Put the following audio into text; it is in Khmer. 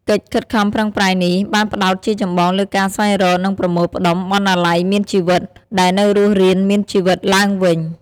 កិច្ចខិតខំប្រឹងប្រែងនេះ បានផ្តោតជាចម្បងលើការស្វែងរក និងប្រមូលផ្តុំ "បណ្ណាល័យមានជីវិត" ដែលនៅរស់រានមានជីវិតឡើងវិញ។